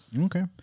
Okay